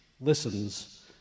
listens